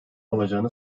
olacağını